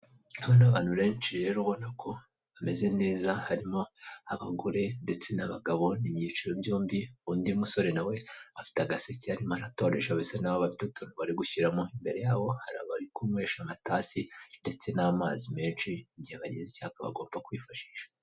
Noneho abantu benshi rero ubona ko bameze neza harimo abagore, ndetse n'abagabo n'ibyiciro byombi, undi musore nawe afite agaseke arimo aratoresha aba basena batatu bari gushyiramo, imbere yabo hari bari kunywe amatasi ndetse n'amazi menshi, igihe bagize icyaga bagomba kwifashisha.